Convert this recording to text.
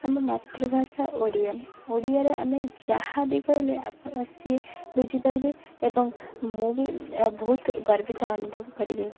ଆମ ମାତୃଭାଷା ଓଡ଼ିଆ ଓଡ଼ିଆରେ ଆମେ ଯାହା ବି କହିଲେ ଆପଣ ସିଏ ବୁଝିପାରିବେ ଏବଂ ମୁଁ ବି ବହୁତ ଗର୍ବିତ ଅନୁଭବ କରିବି